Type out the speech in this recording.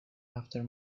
after